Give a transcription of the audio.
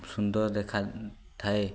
ସୁନ୍ଦର ଦେଖାଥାଏ